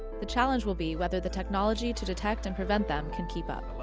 the challenge will be whether the technology to detect and prevent them can keep up.